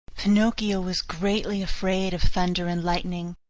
pinocchio was greatly afraid of thunder and lightning,